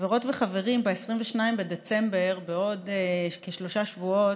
חברות וחברים, ב-22 בדצמבר, בעוד כשלושה שבועות,